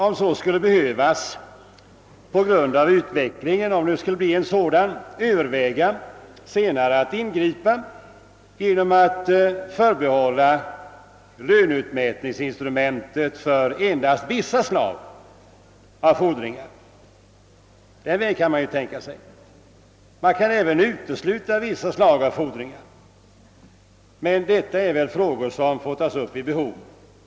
Om utvecklingen skulle motivera det kan man överväga att senare ingripa genom att förbehålla löneutmätningsinstrumentet för endast vissa slag av fordringar. Den vägen kan man tänka sig. Man kan även utesluta vissa slag av fordringar. Men detta är väl frågor som får tas upp vid behov.